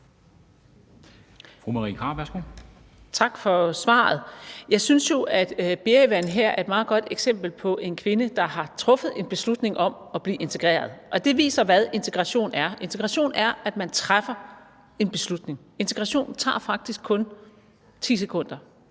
Tak for svaret. Jeg synes jo, at Berivan her er et meget godt eksempel på en kvinde, der har truffet en beslutning om at blive integreret, og det viser, hvad integration er. Integration er, at man træffer en beslutning. Integration tager faktisk kun 10 sekunder,